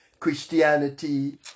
Christianity